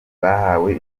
bahawe